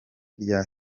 rya